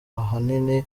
ahanini